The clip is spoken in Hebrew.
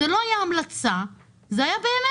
זאת לא הייתה המלצה, זה היה באמת.